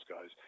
guys